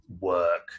work